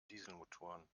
dieselmotoren